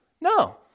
No